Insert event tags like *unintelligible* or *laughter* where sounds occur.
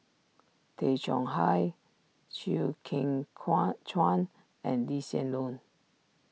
Tay Chong Hai Chew Kheng *unintelligible* Chuan and Lee Hsien Loong